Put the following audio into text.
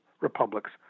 republics